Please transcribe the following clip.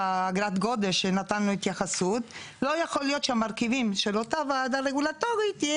מופיע פה לא המשרד להגנת הסביבה, ועדה רגולטורית.